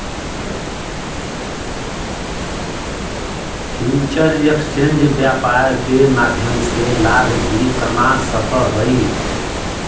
future exchange व्यापार के माध्यम से लाभ भी कमा सकऽ हइ